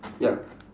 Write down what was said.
ya